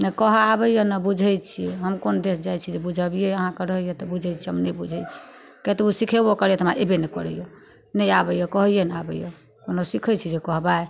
नहि कहऽ आबैए नहि बुझै छी हम कोन देश जाइ छी जे बुझबिए अहाँके रहैए तऽ बुझै छिए हम नहि बुझै छिए कतबो सिखेबो करैए तऽ हमरा अएबे नहि करैए नहि आबैए कहैए नहि आबैए कोनो सिखै छी जे कहबै